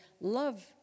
love